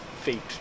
feet